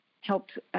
helped –